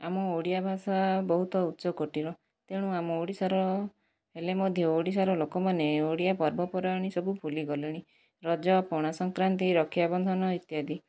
ଆମ ଓଡ଼ିଆ ଭାଷା ବହୁତ ଉଚ୍ଚ କୋଟିର ତେଣୁ ଆମ ଓଡ଼ିଶାର ହେଲେ ମଧ୍ୟ ଓଡ଼ିଶାର ଲୋକମାନେ ଓଡ଼ିଆ ପର୍ବପର୍ବାଣି ସବୁ ଭୁଲିଗଲେଣି ରଜ ପଣାସଂକ୍ରାନ୍ତି ରକ୍ଷାବନ୍ଧନ ଇତ୍ୟାଦି